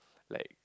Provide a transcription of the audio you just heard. like